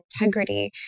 integrity